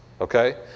okay